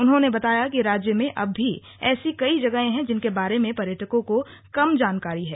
उन्होंने बताया कि राज्य में अब भी ऐसी कई जगहें हैं जिनके बारे में पर्यटकों को कम जारी है